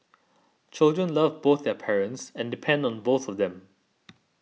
children love both their parents and depend on both of them